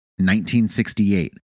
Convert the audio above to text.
1968